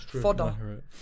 Fodder